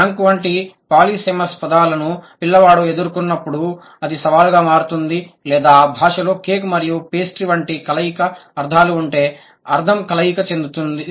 bank వంటి polysemous పదాలను పిల్లవాడు ఎదుర్కొన్నప్పుడు అది సవాలుగా మారుతుంది లేదా భాషలో కేక్ మరియు పేస్ట్రీ వంటి కలయిక అర్థాలు ఉంటే అర్థం కలయిక చెందుతుంది